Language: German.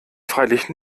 freilich